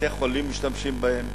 בתי-חולים משתמשים בהן,